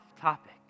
topic